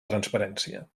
transparència